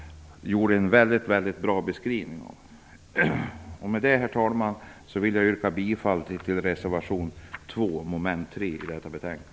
Med detta, herr talman, vill jag yrka bifall till reservation 2, mom. 3, i detta betänkande.